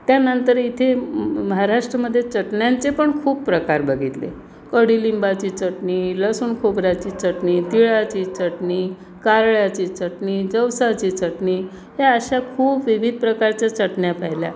त्यानंतर इथे महाराष्ट्रामध्ये चटण्यांचे पण खूप प्रकार बघितले कढीलिंबाची चटणी लसुण खोबऱ्याची चटणी तिळाची चटणी कारळ्याची चटणी जवसाची चटणी ह्या अशा खूप विविध प्रकारच्या चटण्या पाहिल्या